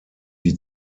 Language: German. die